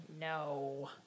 No